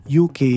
UK